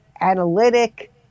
analytic